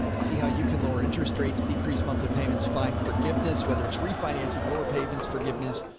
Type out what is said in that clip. see how you can lower interest rates, decreased monthly payments, find forgiveness, whether it's refinancing, lower payments, forgiveness,